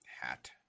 hat